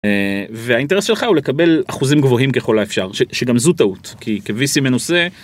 והאינטרס שלך הוא לקבל אחוזים גבוהים ככל האפשר שגם זו טעות כי כVC מנוסה.